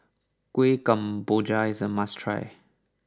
Kueh Kemboja is a must try